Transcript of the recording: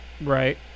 right